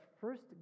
first